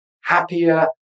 happier